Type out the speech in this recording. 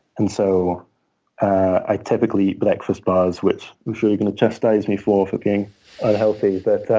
and so i typically eat breakfast bars, which i'm sure you're going to chastise me for for being unhealthy. but